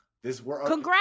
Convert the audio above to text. congrats